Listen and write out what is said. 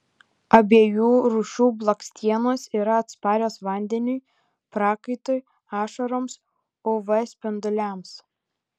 abiejų rūšių blakstienos yra atsparios vandeniui prakaitui ašaroms uv spinduliams